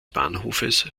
bahnhofes